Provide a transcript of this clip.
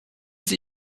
sie